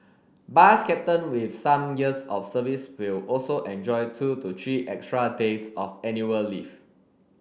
bus captain with some years of service will also enjoy two to three extra days of annual leave